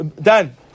Dan